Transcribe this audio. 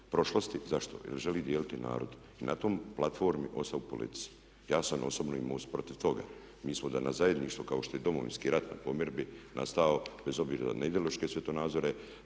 prošlosti. Zašto? Jer želi dijeliti narod. I na toj platformi ostaje u politici. Ja sam osobno i MOST protiv toga. Mi smo danas zajedništvo kao što je i Domovinski rat na pomirbi nastao bez obzira na neidološke svjetonazore,